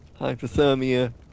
hypothermia